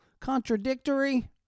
contradictory